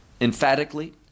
emphatically